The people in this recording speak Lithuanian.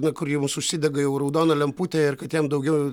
na kur jums užsidega jau raudona lemputė ir kad jam daugiau